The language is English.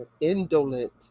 Indolent